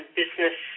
business